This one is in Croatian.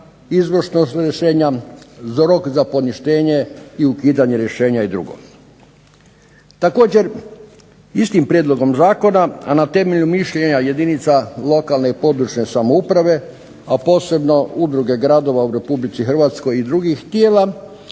... rješenja, za rok i poništenje i ukidanje rješenja i dr. Također istim prijedlogom zakona, a na temelju mišljenja jedina lokalne i područne samouprave a posebno Udruge gradova u RH i drugih tijela,